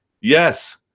Yes